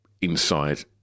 inside